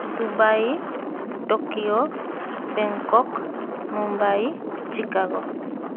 Dubai Tokyo Bangkok Mumbai Chicago